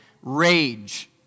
rage